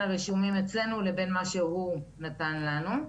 הרישומים אצלנו לבין הנתונים שהוא נתן לנו.